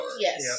Yes